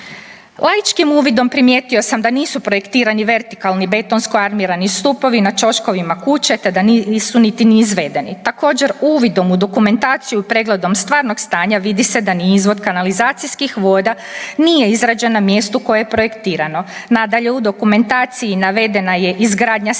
„Laičkim uvidom primijetio sam da nisu projektirani vertikalni betonsko-armirani stupovi na ćoškovima kuće te da nisu niti izvedeni. Također uvidom u dokumentaciju i pregledom stvarnog stanja vidi se da ni izvod kanalizacijskih voda nije izrađen na mjestu koje je projektirano. Nadalje, u dokumentaciji navedena je izgradnja septičke